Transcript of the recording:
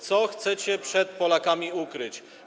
Co chcecie przed Polakami ukryć?